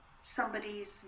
somebody's